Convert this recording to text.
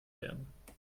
werden